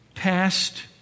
Past